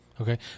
Okay